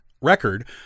record